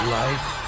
life